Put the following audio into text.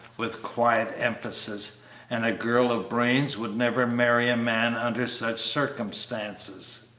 with quiet emphasis and a girl of brains would never marry a man under such circumstances.